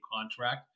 contract